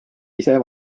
ise